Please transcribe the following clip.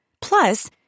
Plus